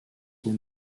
were